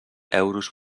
euros